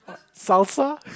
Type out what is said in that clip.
salsa